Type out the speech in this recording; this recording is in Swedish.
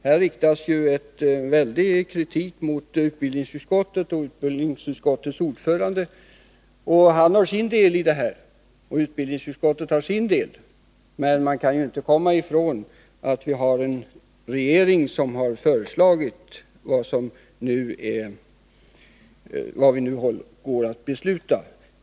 Det riktas stark kritik mot utbildningsutskottet och dess ordförande. Han har, liksom utbildningsutskottet i dess helhet, sin del i detta, men man kan inte komma ifrån att regeringen föreslagit det vi nu skall fatta beslut om.